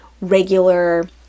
regular